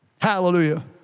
Hallelujah